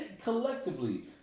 collectively